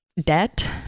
debt